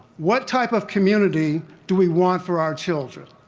what type of community do we want for our children?